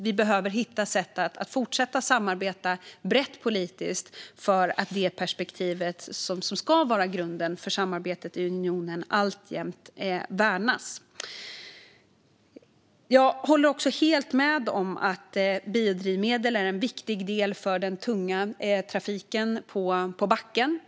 Vi behöver hitta sätt att fortsätta samarbeta brett politiskt för att det perspektiv som ska vara grunden för samarbetet i unionen alltjämt värnas. Jag håller också helt med om att biodrivmedel är en viktig del för den tunga trafiken på backen.